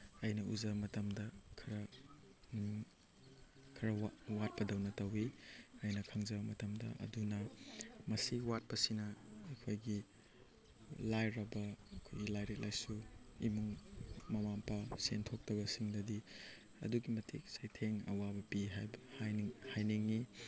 ꯑꯩꯅ ꯎꯖꯕ ꯃꯇꯝꯗ ꯈꯔ ꯈꯔ ꯋꯥꯠꯄꯗꯧꯅ ꯇꯧꯋꯤ ꯑꯩꯅ ꯈꯪꯖꯕ ꯃꯇꯝꯗ ꯑꯗꯨꯅ ꯃꯁꯤ ꯋꯥꯠꯄꯁꯤꯅ ꯑꯩꯈꯣꯏꯒꯤ ꯂꯥꯏꯔꯕ ꯑꯩꯈꯣꯏꯒꯤ ꯂꯥꯏꯔꯤꯛ ꯂꯥꯏꯁꯨ ꯏꯃꯨꯡ ꯃꯃꯥ ꯃꯄꯥ ꯁꯦꯟ ꯊꯣꯛꯇꯕꯁꯤꯡꯗꯗꯤ ꯑꯗꯨꯛꯀꯤ ꯃꯇꯤꯛ ꯆꯩꯊꯦꯡ ꯑꯋꯥꯕ ꯄꯤ ꯍꯥꯏꯅꯤꯡꯉꯤ